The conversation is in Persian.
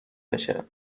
بشه